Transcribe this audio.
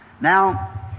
Now